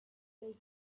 they